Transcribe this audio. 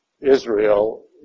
Israel